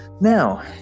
Now